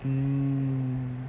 mm